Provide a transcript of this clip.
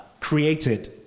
created